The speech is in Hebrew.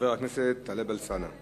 חבר הכנסת טלב אלסאנע.